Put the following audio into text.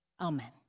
amen